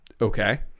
okay